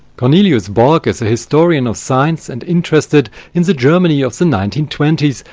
cornelius borck is a historian of science and interested in the germany of the nineteen twenty s,